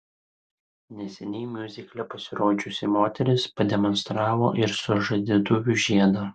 neseniai miuzikle pasirodžiusi moteris pademonstravo ir sužadėtuvių žiedą